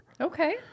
okay